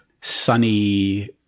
sunny